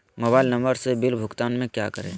Mobile number से bill भुगतान में क्या करें?